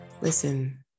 Listen